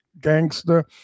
gangster